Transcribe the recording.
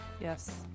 Yes